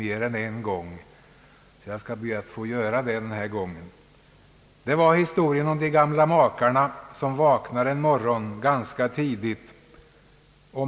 Jag skall be att få göra det nu. Det var historien om de gamla makarna som vaknade en morgon ganska tidigt.